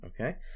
Okay